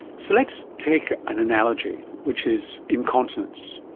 so let's take an analogy, which is incontinence.